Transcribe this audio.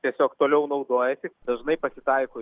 tiesiog toliau naudojasi dažnai pasitaiko